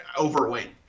overweight